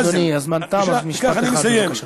אדוני, הזמן תם, אז משפט אחד בבקשה.